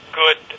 good